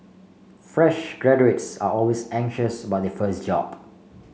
fresh graduates are always anxious about the first job